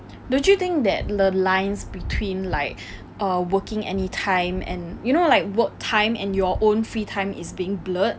don't you think that the lines between like err working anytime and you know like work time and your own free time is being blurred